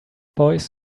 boys